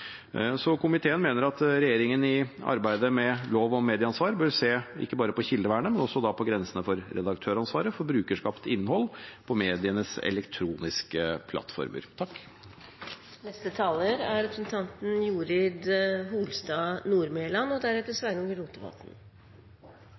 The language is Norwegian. Komiteen mener at regjeringen i arbeidet med en lov om medieansvar bør se ikke bare på kildevernet, men også på grensene for redaktøransvaret for brukerskapt innhold på medienes elektroniske plattformer.